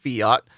fiat